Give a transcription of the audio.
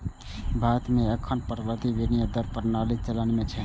भारत मे एखन प्रबंधित विनिमय दर प्रणाली चलन मे छै